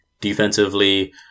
defensively